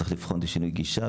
צריך לבחון שינוי גישה,